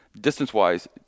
distance-wise